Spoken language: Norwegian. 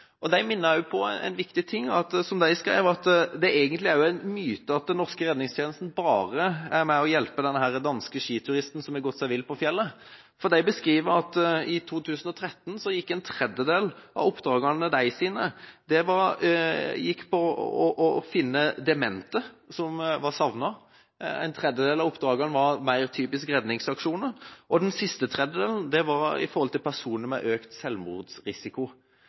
De minnet meg på en viktig ting, at det – som de skrev – egentlig er en myte at Den norske redningstjenesten bare er med og hjelper den danske skituristen som har gått seg vill på fjellet. De skriver at i 2013 gikk en tredjedel av oppdragene deres ut på å finne demente som var savnet. En tredjedel av oppdragene var mer typiske redningsaksjoner, og den siste tredjedelen gjaldt personer med økt selvmordsrisiko. Det